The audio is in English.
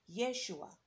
Yeshua